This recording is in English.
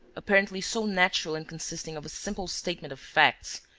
apparently so natural and consisting of a simple statement of facts,